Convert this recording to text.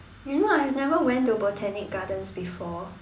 no I have never went to Botanic Gardens before